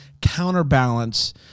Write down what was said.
counterbalance